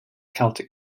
celtic